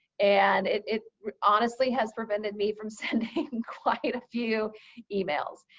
and it honestly has prevented me from sending quite a few emails.